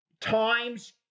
times